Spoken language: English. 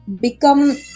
become